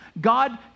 God